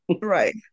Right